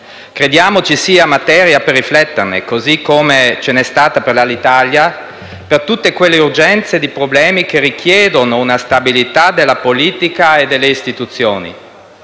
Crediamo ci sia materia su cui riflettere, così come ce n'è stata per Alitalia, per tutte quelle urgenze e problemi che richiedono una stabilità della politica e delle istituzioni.